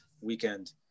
weekend